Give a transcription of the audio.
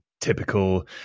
typical